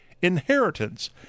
inheritance